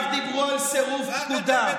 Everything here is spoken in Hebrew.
רק דיברו על סירוב פקודה.